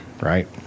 right